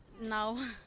No